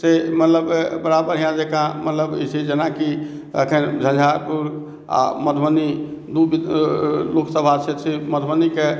से मतलब बड़ा बढ़िआँ जकाँ मतलब जे छै जेनाकि एखन झंझारपुर आओर मधुबनी दू लोकसभा क्षेत्र छै मधुबनीके